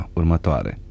următoare